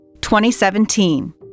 2017